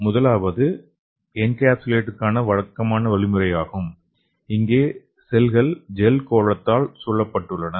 முதலாவது என்கேப்சலுக்கான வழக்கமான முறையாகும் இங்கே செல்கள் ஜெல் கோளத்தால் சூழப்பட்டுள்ளன